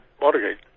Watergate